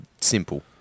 simple